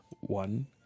One